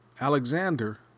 Alexander